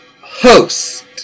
host